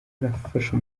nafashe